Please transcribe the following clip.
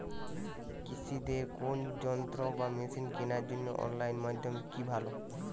কৃষিদের কোন যন্ত্র বা মেশিন কেনার জন্য অনলাইন মাধ্যম কি ভালো?